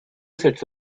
sets